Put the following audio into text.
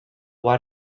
why